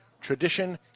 tradition